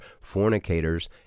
fornicators